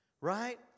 Right